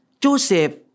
Joseph